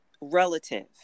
relative